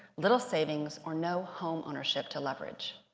little savings, or no home ownership to leverage.